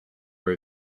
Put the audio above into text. were